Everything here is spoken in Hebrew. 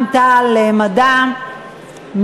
השתתפות במוסדות להשכלה,